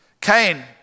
Cain